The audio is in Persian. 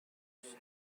عاشقشم